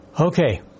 Okay